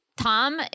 Tom